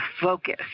focus